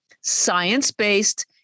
science-based